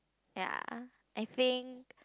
ya I think